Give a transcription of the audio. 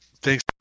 Thanks